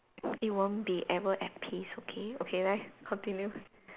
it won't be ever at peace okay okay 来 continue